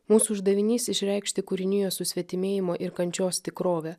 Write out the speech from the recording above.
mūsų uždavinys išreikšti kūrinijos susvetimėjimo ir kančios tikrovę